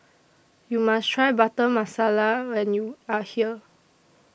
YOU must Try Butter Masala when YOU Are here